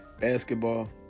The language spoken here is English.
Basketball